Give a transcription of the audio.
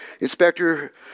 Inspector